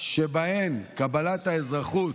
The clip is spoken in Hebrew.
שבהן קבלת האזרחות,